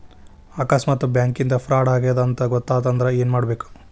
ಆಕಸ್ಮಾತ್ ಬ್ಯಾಂಕಿಂದಾ ಫ್ರಾಡ್ ಆಗೇದ್ ಅಂತ್ ಗೊತಾತಂದ್ರ ಏನ್ಮಾಡ್ಬೇಕು?